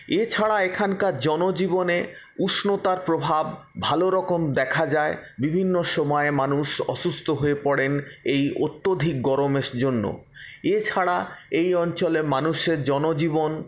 এছাড়া এখানকার জনজীবনে উষ্ণতার প্রভাব ভালো রকম দেখা যায় বিভিন্ন সময় মানুষ অসুস্থ হয়ে পড়েন এই অত্যাধিক গরমের জন্য এছাড়া এই অঞ্চলে মানুষের জনজীবন